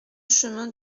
chemin